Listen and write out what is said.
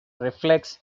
reflects